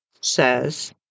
says